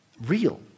real